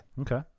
Okay